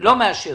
לא מאשרת